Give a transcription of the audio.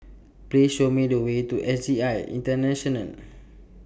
Please Show Me The Way to S J I International